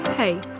Hey